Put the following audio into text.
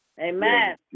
Amen